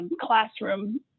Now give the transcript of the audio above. classroom